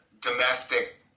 domestic